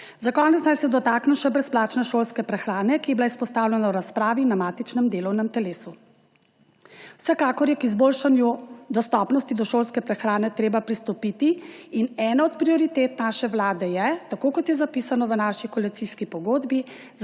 Za konec naj se dotaknem še brezplačne šolske prehrane, ki je bila izpostavljena v razpravi na matičnem delovnem telesu. Vsekakor je k izboljšanju dostopnosti do šolske prehrane treba pristopiti in ena od prioritet naše vlade je, tako kot je zapisano v naši koalicijski pogodbi,